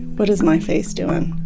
but is my face doing?